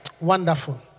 Wonderful